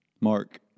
Mark